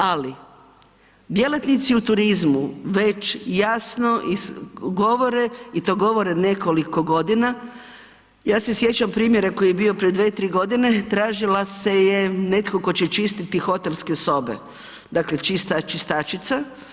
Ali, djelatnici u turizmu već jasno govore i to govore nekoliko godina, ja se sjećam primjera koji je bio pred 2, 3 godine, tražila se je, netko tko će čistiti hotelske sobe, dakle čistač/čistačica.